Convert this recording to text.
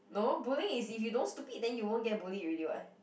no bullying is if you don't stupid then you won't get bullied already [what]